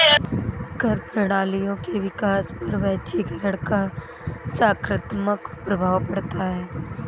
कर प्रणालियों के विकास पर वैश्वीकरण का सकारात्मक प्रभाव पढ़ता है